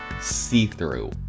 see-through